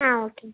ஆ ஓகேங்க